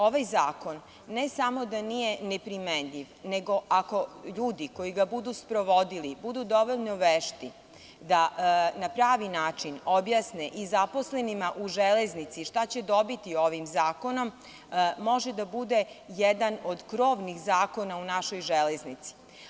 Ovaj zakon ne samo da nije neprimenjiv, nego ako ljudi koji ga budu sprovodili budu dovoljno vešti da na pravi način objasne i zaposlenima u „Železnici“ šta će dobiti ovim zakonom, može da bude jedan od krovnih zakona u našoj železnici.